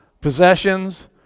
possessions